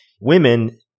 women